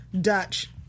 Dutch